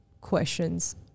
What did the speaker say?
questions